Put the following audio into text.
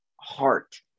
heart